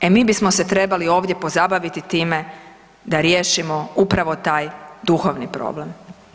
E mi bismo se trebali ovdje pozabaviti time da riješimo upravo taj duhovni problem.